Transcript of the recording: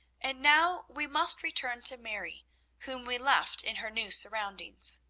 and now we must return to mary whom we left in her new surroundings.